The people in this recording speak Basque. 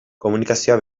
komunikazioa